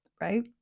right